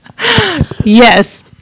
Yes